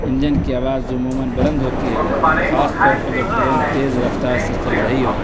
engine کی آواز عموماً بلند ہوتی ہے خاص طور پر جب ٹرین تیز رفتار سے چل رہی ہو